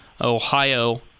Ohio